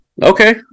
Okay